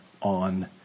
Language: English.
on